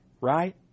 right